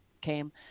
came